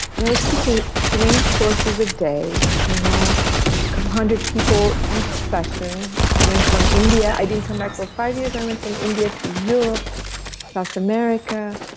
and i was teaching three courses a day, you know one hundred people each session. i went from india, i didn't come back for five years, i went from india to europe south america,